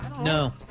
No